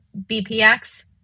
bpx